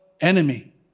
enemy